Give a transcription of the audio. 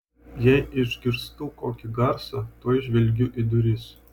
jei išgirstu kokį garsą tuoj žvelgiu į duris